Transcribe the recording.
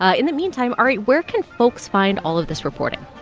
ah in the meantime, ari, where can folks find all of this reporting?